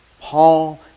Paul